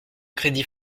crédit